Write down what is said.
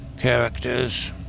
characters